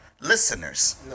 Listeners